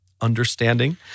understanding